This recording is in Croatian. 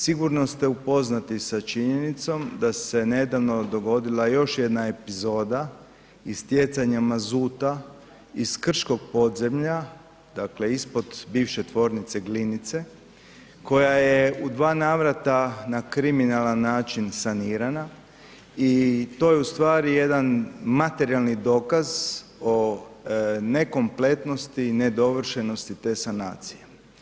Sigurno ste upoznati sa činjenicom da se nedavno dogodila još jedna epizoda istjecanja mazuta iz krškog podzemlja, dakle ispod bivše Tvornice Glinice, koja je u dva navrata na kriminalan način sanirana i to je ustvari jedan materijalni dokaz o nekompletnosti i nedovršenosti te sanacije.